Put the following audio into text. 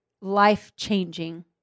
life-changing